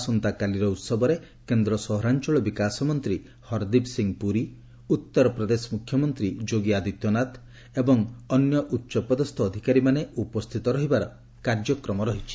ଆସନ୍ତାକାଲିର ଉହବରେ କେନ୍ଦ୍ର ସହରାଞ୍ଚଳ ବିକାଶ ମନ୍ତ୍ରୀ ହରଦୀପ୍ ସିଂହ ପୁରୀ ଉତ୍ତର ପ୍ରଦେଶ ମୁଖ୍ୟମନ୍ତ୍ରୀ ଯୋଗୀ ଆଦିତ୍ୟନାଥ ଏବଂ ଅନ୍ୟ ଉଚ୍ଚପଦସ୍କ ଅଧିକାରୀମାନେ ଉପସ୍ଥିତ ରହିବାର କାର୍ଯ୍ୟକ୍ରମ ରହିଛି